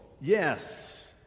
yes